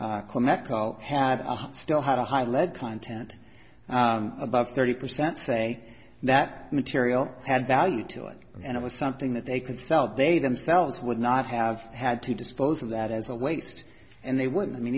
call had still had a high lead content about thirty percent say that material had value to it and it was something that they could sell they themselves would not have had to dispose of that as a waste and they went i mean